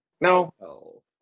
No